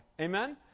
Amen